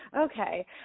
okay